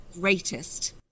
greatest